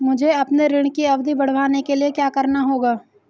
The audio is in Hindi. मुझे अपने ऋण की अवधि बढ़वाने के लिए क्या करना होगा?